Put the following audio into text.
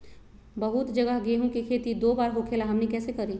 बहुत जगह गेंहू के खेती दो बार होखेला हमनी कैसे करी?